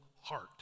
heart